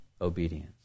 obedience